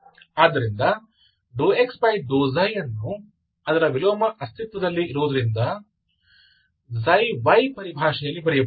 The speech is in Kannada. ಆದ್ದರಿಂದ ∂xಅನ್ನು ಅದರ ವಿಲೋಮ ಅಸ್ತಿತ್ವದಲ್ಲಿ ಇರುವುದರಿಂದ ξy ಪರಿಭಾಷೆಯಲ್ಲಿ ಬರೆಯಬಹುದು